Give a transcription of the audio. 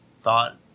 thought